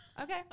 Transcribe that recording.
Okay